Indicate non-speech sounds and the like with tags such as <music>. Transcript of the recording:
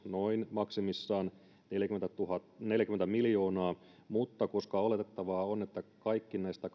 maksimissaan noin neljäkymmentä miljoonaa mutta koska oletettavaa on että kaikki näistä <unintelligible>